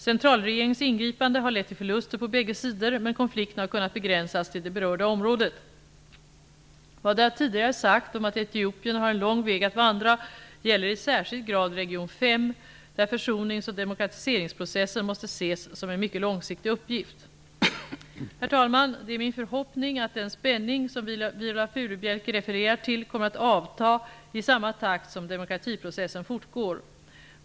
Centralregeringens ingripanden har lett till förluster på bägge sidor, men konflikten har kunnat begränsas till det berörda området. Vad jag tidigare sagt om att Etiopien har en lång väg att vandra gäller i särskild grad Region 5, där försonings och demokratiseringsprocessen måste ses som en mycket långsiktig uppgift. Herr talman! Det är min förhoppning att den spänning Viola Furubjelke refererar till kommer att avta i samma takt som demokratiprocessen fortgår.